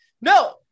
No